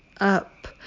up